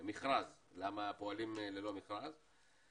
מכרז, למה פועלים ללא מכרז.